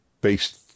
based